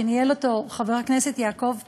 שניהל חבר הכנסת יעקב פרי,